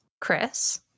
Chris